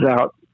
out